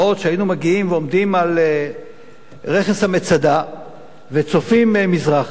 כשהיינו מגיעים ועומדים על רכס המצדה וצופים מזרחה,